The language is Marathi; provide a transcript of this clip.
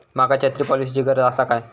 माका छत्री पॉलिसिची गरज आसा काय?